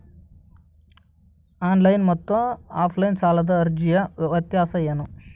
Online ಮತ್ತು offline ಸಾಲದ ಅರ್ಜಿಯ ವ್ಯತ್ಯಾಸ ಏನು?